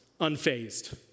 unfazed